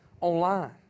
online